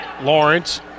Lawrence